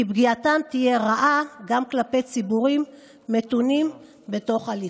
כי פגיעתם תהיה רעה גם כלפי ציבורים מתונים בתוך הליכוד.